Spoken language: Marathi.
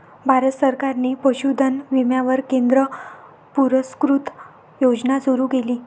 भारत सरकारने पशुधन विम्यावर केंद्र पुरस्कृत योजना सुरू केली